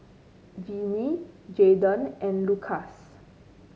Venie Jaiden and Lukas